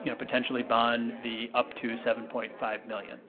you know, potentially bond the up to seven point five million